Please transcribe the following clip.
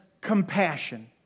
compassion